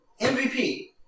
MVP